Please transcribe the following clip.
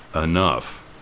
enough